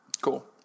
Cool